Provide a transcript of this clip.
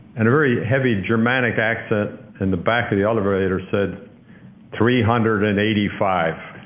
and a very heavy dramatic accent in the back of the elevator said three hundred and eighty five.